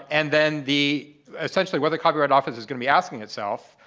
and then, the essentially what the copyright office is going to be asking itself,